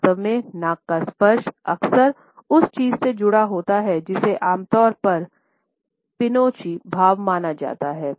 वास्तव में नाक का स्पर्श अक्सर उस चीज से जुड़ा होता है जिसे आमतौर पर पिनोच्चियो प्रभाव जाना जाता है